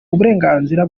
uburenganzira